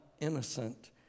innocent